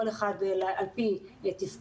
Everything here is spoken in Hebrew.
כל אחד על פי תפקוד,